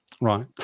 right